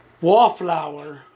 wallflower